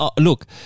Look